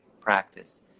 practice